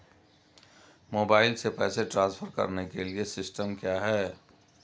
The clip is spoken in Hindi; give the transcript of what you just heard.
मोबाइल से पैसे ट्रांसफर करने के लिए सिस्टम क्या है?